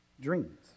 dreams